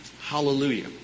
hallelujah